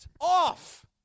off